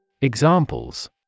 Examples